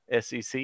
SEC